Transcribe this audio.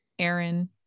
Aaron